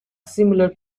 similar